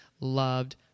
loved